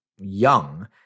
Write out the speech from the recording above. young